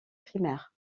primaire